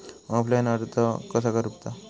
Offline कर्ज कसा फेडूचा?